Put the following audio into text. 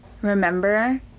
remember